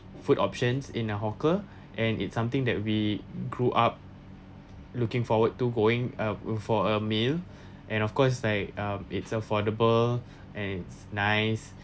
food options in a hawker and it's something that we grew up looking forward to going up look for a meal and of course like um it's affordable and it's nice